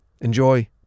Enjoy